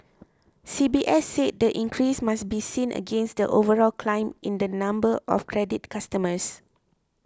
C B S said the increase must be seen against the overall climb in the number of credit customers